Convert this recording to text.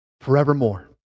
forevermore